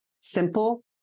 simple